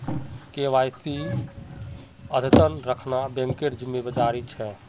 केवाईसीक अद्यतन रखना बैंकेर जिम्मेदारी छे